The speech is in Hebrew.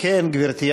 גברתי,